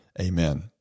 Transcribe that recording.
amen